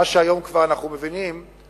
מה שהיום אנחנו כבר מבינים הוא